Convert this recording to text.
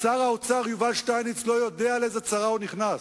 שר האוצר יובל שטייניץ לא יודע לאיזו צרה הוא נכנס,